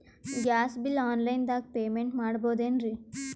Gas bill online ದಾಗ payment ಮಾಡಬೋದೇನ್ರಿ?